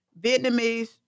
Vietnamese